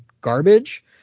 garbage